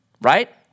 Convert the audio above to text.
right